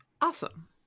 Awesome